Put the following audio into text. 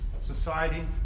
Society